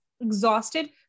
exhausted